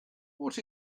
what